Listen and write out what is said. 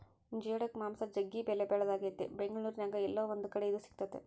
geoduck ಮಾಂಸ ಜಗ್ಗಿ ಬೆಲೆಬಾಳದಾಗೆತೆ ಬೆಂಗಳೂರಿನ್ಯಾಗ ಏಲ್ಲೊ ಒಂದು ಕಡೆ ಇದು ಸಿಕ್ತತೆ